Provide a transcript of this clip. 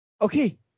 Okay